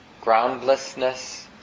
Groundlessness